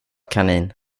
kanin